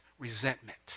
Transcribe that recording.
Resentment